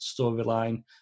storyline